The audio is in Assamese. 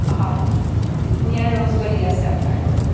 হয় নিয়াৰ ৰ'জ গলি আছে এইটো